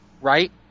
right